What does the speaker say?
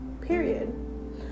Period